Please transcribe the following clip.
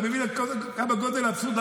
אתה מבין את גודל האבסורד,